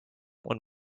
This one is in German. und